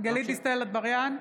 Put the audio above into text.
גלית דיסטל אטבריאן,